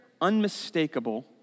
unmistakable